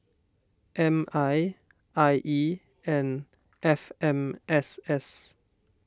M I I E and F M S S